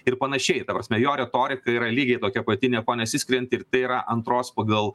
ir panašiai ta prasme jo retorika yra lygiai tokia pati niekuo nesiskirianti ir tai yra antros pagal